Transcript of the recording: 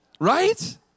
Right